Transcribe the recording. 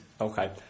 okay